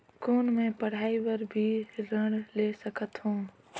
कौन मै पढ़ाई बर भी ऋण ले सकत हो?